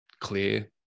clear